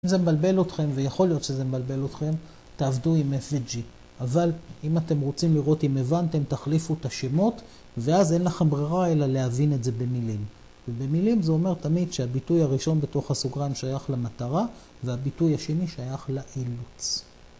אם זה מבלבל אותכם, ויכול להיות שזה מבלבל אותכם, תעבדו עם F.V.G. אבל אם אתם רוצים לראות אם הבנתם, תחליפו את השמות, ואז אין לכם ברירה אלא להבין את זה במילים. ובמילים זה אומר תמיד שהביטוי הראשון בתוך הסוגריים שייך למטרה, והביטוי השני שייך לאילוץ.